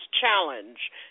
Challenge